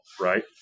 right